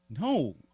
No